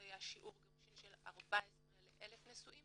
שיעור הגירושין היה 14 ל-1,000 נשואים